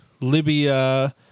Libya